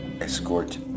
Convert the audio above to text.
Escort